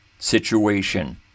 situation